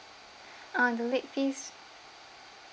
ah the late fees